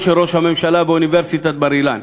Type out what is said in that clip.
של ראש הממשלה באוניברסיטת בר-אילן,